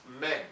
men